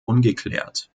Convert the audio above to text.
ungeklärt